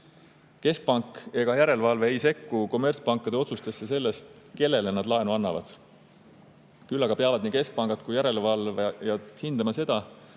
Keskpank ega järelevalve ei sekku kommertspankade otsustesse selle kohta, kellele nad laenu annavad. Küll aga peavad nii keskpangad kui järelevalvajad hindama seda,